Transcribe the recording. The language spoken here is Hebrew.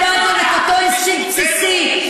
ואתם איבדתם את אותו אינסטינקט בסיסי,